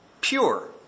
pure